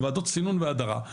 הם קוראים לזה ועדות סינון והדרה,